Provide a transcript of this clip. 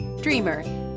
dreamer